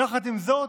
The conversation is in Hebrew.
יחד עם זאת,